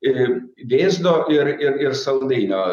ir vėzdo ir ir ir saldainio